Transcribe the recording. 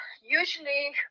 usually